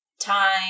time